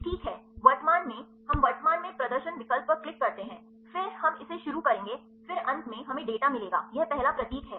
ठीक है वर्तमान में हम वर्तमान में प्रदर्शन विकल्प पर क्लिक करते हैं फिर हम इसे शुरू करेंगे फिर अंत में हमें डेटा मिलेगा यह पहला प्रतीक है